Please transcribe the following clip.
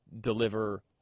deliver